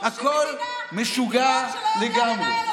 הכול משוגע לגמרי.